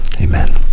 Amen